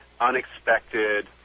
unexpected